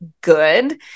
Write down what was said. good